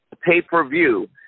pay-per-view